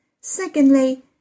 Secondly